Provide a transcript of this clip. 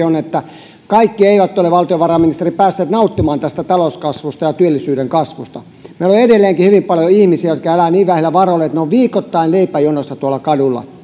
on kaikki eivät ole valtiovarainministeri päässeet nauttimaan tästä talouskasvusta ja työllisyyden kasvusta meillä on edelleenkin hyvin paljon ihmisiä jotka elävät niin vähillä varoilla että he ovat viikoittain leipäjonoissa tuolla kaduilla